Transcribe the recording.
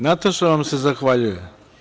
Nataša vam se zahvaljuje.